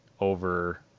over